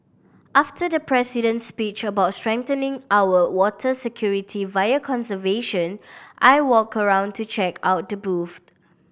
after the President's speech about strengthening our water security via conservation I walked around to check out the booths